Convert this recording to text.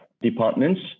departments